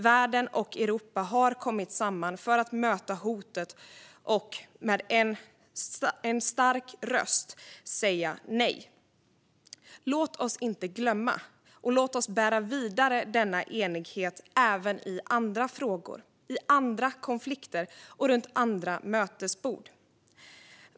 Världen och Europa har kommit samman för att möta hotet och med en stark röst säga nej. Låt oss inte glömma, och låt oss bära vidare denna enighet även i andra frågor, i andra konflikter och runt andra mötesbord!